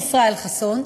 ישראל חסון,